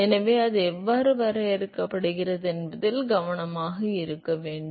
எனவே அது எவ்வாறு வரையறுக்கப்படுகிறது என்பதில் கவனமாக இருக்க வேண்டும்